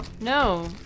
No